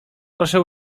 proszę